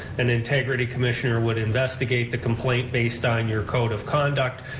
an integrity commissioner would investigate the complaint based on your code of conduct,